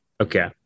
Okay